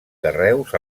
carreus